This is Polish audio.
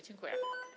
Dziękuję.